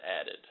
added